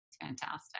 fantastic